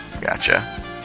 Gotcha